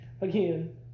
again